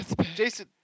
Jason